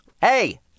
hey